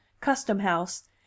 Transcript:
custom-house